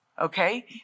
Okay